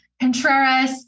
Contreras